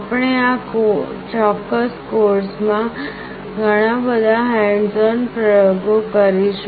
આપણે આ ચોક્કસ કોર્સમાં ઘણા બધા હેન્ડસ ઓન પ્રયોગો કરીશું